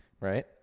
right